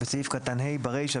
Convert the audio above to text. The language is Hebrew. בסעיף קטן (ה) - ברישה,